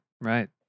Right